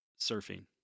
surfing